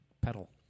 pedal